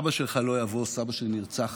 אבא שלך לא יבוא, סבא שלי נרצח